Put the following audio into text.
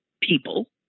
people